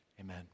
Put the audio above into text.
Amen